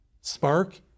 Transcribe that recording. spark